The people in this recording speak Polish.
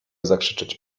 zakrzyczeć